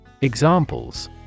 Examples